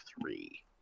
three